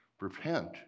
repent